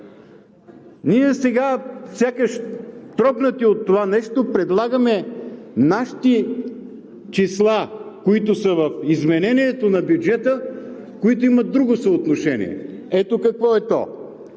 изборите. Сякаш трогнати от това нещо, предлагаме нашите числа в изменението на бюджета, които имат друго съотношение. Ето какво е то: